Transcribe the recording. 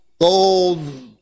gold